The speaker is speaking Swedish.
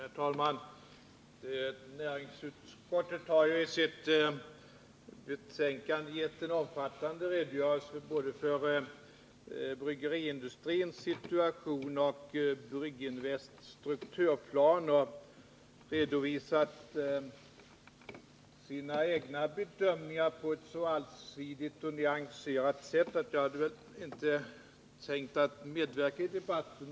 Herr talman! Näringsutskottet har i sitt betänkande givit en omfattande redogörelse både för bryggeriindustrins situation och för Brygginvests strukturplan samt redovisat sina egna bedömningar på ett så allsidigt och nyanserat sätt att jag inte hade tänkt medverka i debatten.